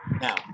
Now